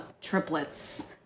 triplets